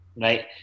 right